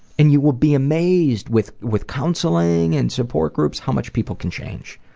and you would be amazed with with counseling and support groups how much people can change.